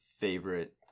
favorite